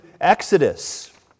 Exodus